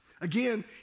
Again